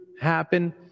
happen